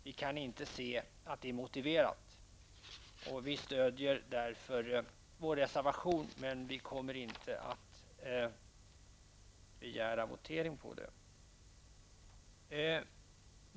Vi kan inte se att det är motiverat. Vi stödjer därför miljöpartiets reservation, men vi kommer inte att begära votering om den.